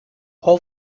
qual